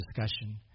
discussion